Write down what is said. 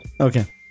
Okay